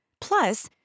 Plus